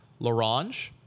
LaRange